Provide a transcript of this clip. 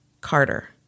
Carter